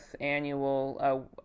annual